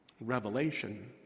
Revelation